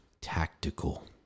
tactical